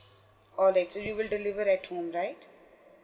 or actually will deliver at home right